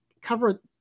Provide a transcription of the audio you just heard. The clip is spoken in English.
cover